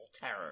terror